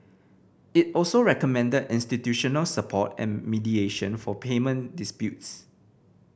it also recommended institutional support and mediation for payment disputes